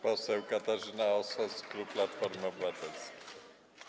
Poseł Katarzyna Osos, klub Platforma Obywatelska.